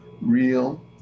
real